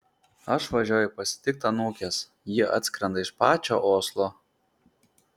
aš važiuoju pasitikti anūkės ji atskrenda iš pačio oslo